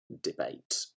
debate